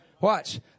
Watch